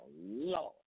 Lord